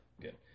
Good